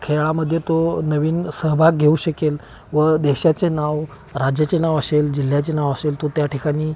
खेळामध्ये तो नवीन सहभाग घेऊ शकेल व देशाचे नाव राज्याचे नाव असेल जिल्ह्याचे नाव असेल तो त्या ठिकाणी